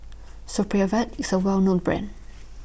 Supravit IS A Well known Brand